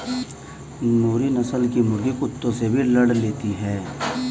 नूरी नस्ल की मुर्गी कुत्तों से भी लड़ लेती है